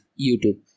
YouTube